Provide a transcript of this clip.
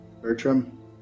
Bertram